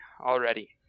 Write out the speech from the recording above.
already